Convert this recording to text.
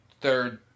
third